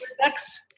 Next